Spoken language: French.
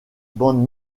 bande